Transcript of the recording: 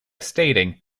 stating